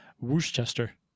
Worcester